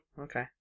okay